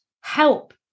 help